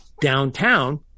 Downtown